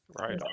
Right